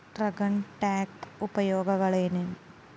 Dragon tank ಉಪಯೋಗಗಳೇನು?